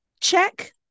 check